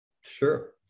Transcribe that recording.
Sure